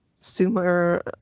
Sumer